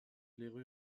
l’aire